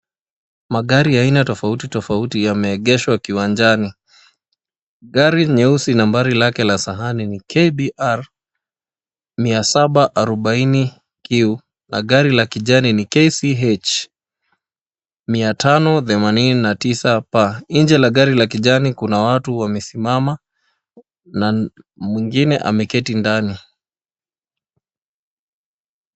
Magari aina tofauti tofauti yameegeshwa kiwanjani. Gari nyeusi nambari lake la sahani ni KBR 740Q na gari la kijani ni KCH 589P . Nje la gari la kijani kuna watu wamesimama na mwingine ameketi ndani.